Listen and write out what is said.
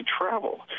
travel